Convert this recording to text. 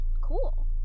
Cool